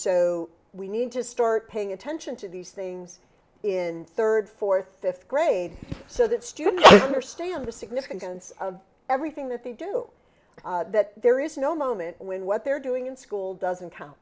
so we need to start paying attention to these things in third fourth fifth grade so that students understand the significance of everything that they do that there is no moment when what they're doing in school doesn't count